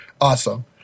Awesome